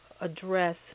address